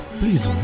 please